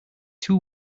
two